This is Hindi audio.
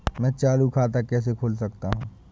मैं चालू खाता कैसे खोल सकता हूँ?